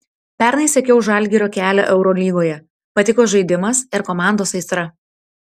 pernai sekiau žalgirio kelią eurolygoje patiko žaidimas ir komandos aistra